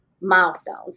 milestones